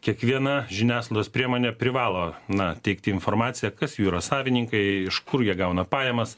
kiekviena žiniasklaidos priemonė privalo na teikti informaciją kas jų yra savininkai iš kur jie gauna pajamas